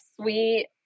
Sweet